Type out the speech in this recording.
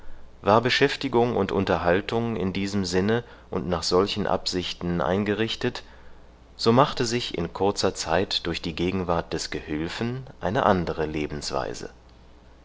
war beschäftigung und unterhaltung in diesem sinne und nach solchen absichten eingerichtet so machte sich in kurzer zeit durch die gegenwart des gehülfen eine andere lebensweise